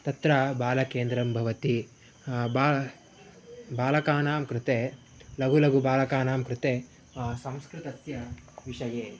तत्र बालकेन्द्रं भवति बालः बालकानां कृते लघुः लघुबालकानां कृते संस्कृतस्य विषये